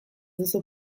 duzu